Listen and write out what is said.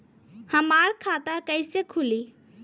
हमार खाता कईसे खुली?